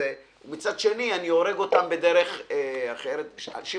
ומצד שני אני הורג אותם בדרך אחרת אני